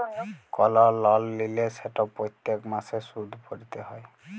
call লল লিলে সেট প্যত্তেক মাসে সুদ ভ্যইরতে হ্যয়